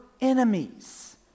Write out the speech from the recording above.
enemies